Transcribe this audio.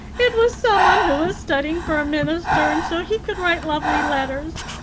it was someone who was studying for a minister, and so he could write lovely letters,